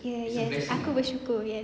ye yes aku bersyukur yes